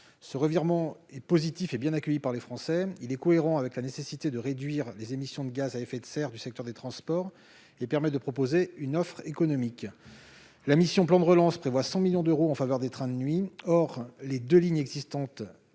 Ce revirement est positif et bien accueilli par les Français. Il est cohérent avec la nécessité de réduire les émissions de gaz à effet de serre du secteur des transports et permet de proposer une offre économique. La mission « Plan de relance » prévoit 100 millions d'euros en faveur des trains de nuit. Or les deux lignes existantes